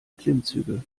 klimmzüge